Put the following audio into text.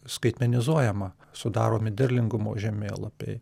skaitmenizuojama sudaromi derlingumo žemėlapiai